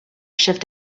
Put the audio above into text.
shift